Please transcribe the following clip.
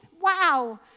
wow